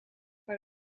maar